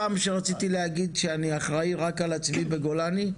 פעם שרציתי להגיד שאני אחראי רק על עצמי בגולני,